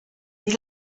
wie